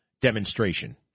demonstration